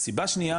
וסיבה שניה